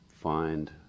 find